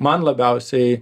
man labiausiai